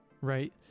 right